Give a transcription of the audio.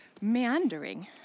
meandering